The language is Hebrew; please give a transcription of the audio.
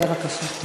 בבקשה.